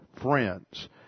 friends